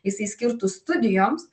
jisai skirtų studijoms